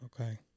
Okay